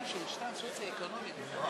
הצעת חוק העונשין (תיקון,